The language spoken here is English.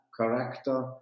character